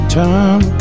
time